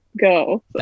go